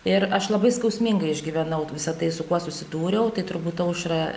ir aš labai skausmingai išgyvenau visa tai su kuo susidūriau tai turbūt aušra